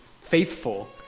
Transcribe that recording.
faithful